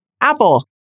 apple